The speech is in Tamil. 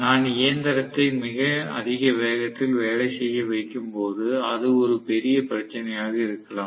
நான் இயந்திரத்தை மிக அதிக வேகத்தில் வேலை செய்ய வைக்கும் போது அது ஒரு பெரிய பிரச்சினையாக இருக்கலாம்